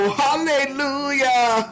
hallelujah